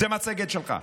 זו מצגת שלך.